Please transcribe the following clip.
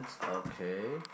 okay